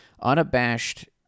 unabashed